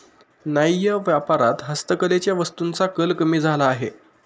न्याय्य व्यापारात हस्तकलेच्या वस्तूंचा कल कमी झाला आहे